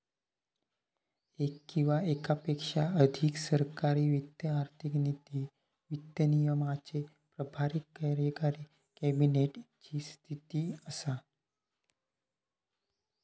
येक किंवा येकापेक्षा अधिक सरकारी वित्त आर्थिक नीती, वित्त विनियमाचे प्रभारी कार्यकारी कॅबिनेट ची स्थिती असा